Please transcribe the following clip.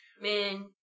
Man